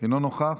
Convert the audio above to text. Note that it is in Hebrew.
אינו נוכח,